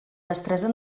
destresa